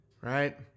Right